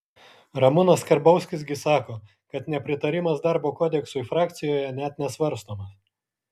ramūnas karbauskis gi sako kad nepritarimas darbo kodeksui frakcijoje net nesvarstomas